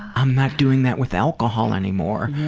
i'm not doing that with alcohol anymore!